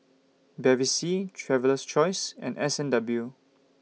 Bevy C Traveler's Choice and S and W